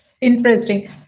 Interesting